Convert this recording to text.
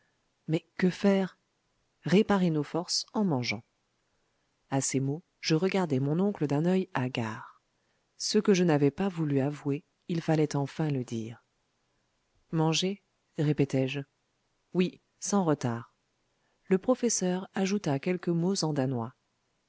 mais que faire réparer nos forces en mangeant a ces mots je regardai mon oncle d'un oeil hagard ce que je n'avais pas voulu avouer il fallait enfin le dire manger répétai-je oui sans retard le professeur ajouta quelques mots en danois